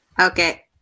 Okay